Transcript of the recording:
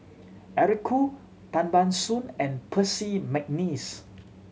Eric Khoo Tan Ban Soon and Percy McNeice